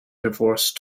divorced